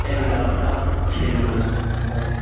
Adidas का छः number size